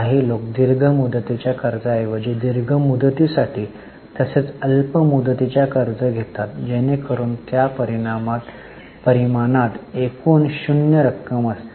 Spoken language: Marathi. काही लोक दीर्घ मुदतीच्या कर्जाऐवजी दीर्घ मुदती साठी तसेच अल्प मुदतीच्या कर्ज घेतात जेणेकरून त्या परिमाणात एकूण 0 रक्कम असते